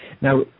Now